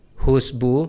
husbu